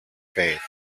faith